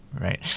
Right